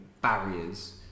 barriers